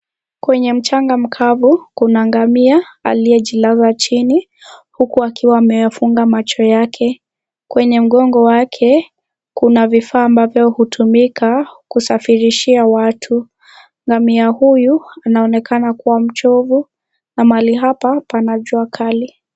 Kwenye mchanga mkavu , kuna ngamia aliyejilaza chini huku akiwa ameyafunga macho yake. Kwenye mgongo wake kuna vifaa ambavyo hutumika kusafirishia watu. Ngamia huyu anaonekana kuwa mchovu na mahali hapa pana jua kali.